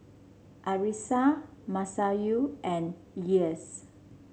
Arissa Masayu and Elyas